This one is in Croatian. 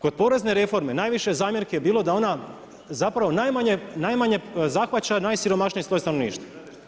Kroz porezne reforme najviše zamjerke je bilo da ona, zapravo, najmanje zahvaća najsiromašniji sloj stanovništva.